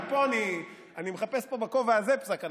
אני מחפש פה בכובע הזה פסק הלכה,